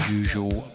usual